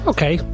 Okay